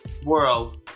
world